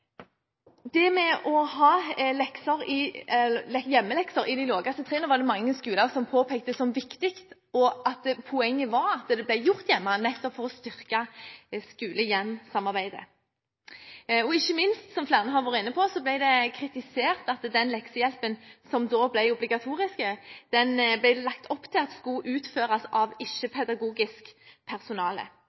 barna med leksene lenger. Det å ha hjemmelekser i de laveste trinnene var det mange skoler som påpekte som viktig, og at poenget var at det ble gjort hjemme, nettopp for å styrke skole–hjem-samarbeidet. Ikke minst – som flere har vært inne på – ble det kritisert at det ble lagt opp til at leksehjelpen, som da ble obligatorisk, skulle utføres av ikke-pedagogisk personale.